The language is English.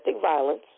violence